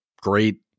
great